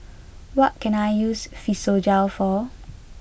what can I use Physiogel for